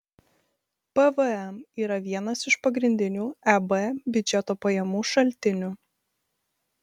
pvm yra vienas iš pagrindinių eb biudžeto pajamų šaltinių